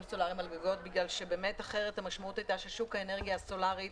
סולאריים על גגות בגלל שבאמת אחרת המשמעות הייתה ששוק האנרגיה הסולארית